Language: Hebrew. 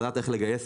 מה הכוונה?